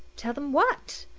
tell them what?